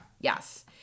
Yes